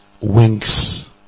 winks